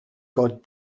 god